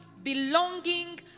belonging